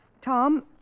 Tom